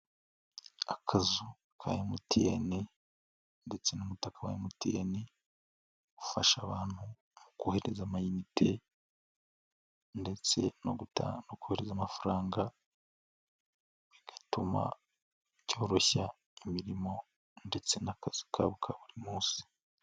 Akazu ka MTN ndetse n'umutaka wa MTN ufasha abantu kohereza amayinite ndetse no kohereza amafaranga bigatuma cyoroshya imirimo ndetse n'akazi kabo ka buri munsi.